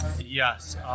Yes